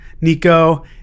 Nico